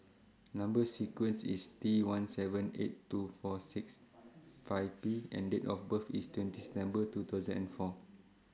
Number sequence IS T one seven eight two four six five P and Date of birth IS twenty September two thousand and four